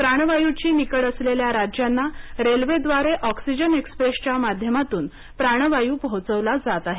प्राणवायूची निकड असलेल्या राज्यांना रेल्वेद्वारे ऑक्सिजन एक्स्प्रेसच्या माध्यमातून प्राणवायू पोहोचवला जात आहे